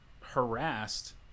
harassed